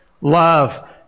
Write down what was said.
love